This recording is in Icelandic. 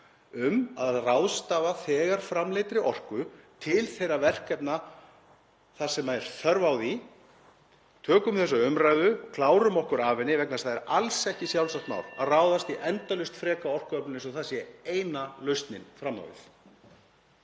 um að ráðstafa þegar framleiddri orku til þeirra verkefna þar sem er þörf á því. Tökum þessa umræðu og klárum okkur af henni (Forseti hringir.) vegna þess að það er alls ekki sjálfsagt mál að ráðast í endalaust freka orkuöflun eins og það sé eina lausnin fram á við.